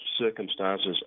circumstances